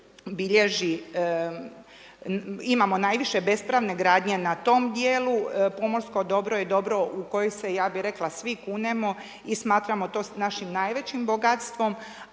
bilježi, imamo najviše bespravne gradnje na tom dijelu. Pomorsko dobro je dobro u koje se, ja bi rekla svi kunemo i smatramo to našim najvećim bogatstvom,